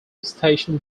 station